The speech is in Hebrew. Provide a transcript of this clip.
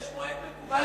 יש מועד מקובל